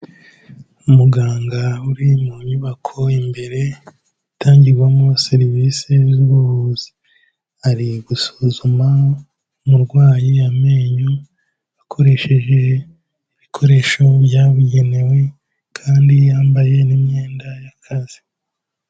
Umuganga uri mu nyubako imbere, itangirwamo serivisi z'ubuvuzi. Ari gusuzuma umurwayi amenyo ,akoresheje ibikoresho byabugenewe, kandi yambaye n'imyenda y'akazi.